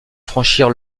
franchir